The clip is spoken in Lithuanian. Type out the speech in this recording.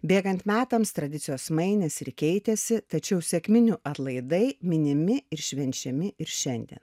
bėgant metams tradicijos mainėsi ir keitėsi tačiau sekminių atlaidai minimi ir švenčiami ir šiandien